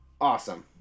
Awesome